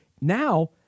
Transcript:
now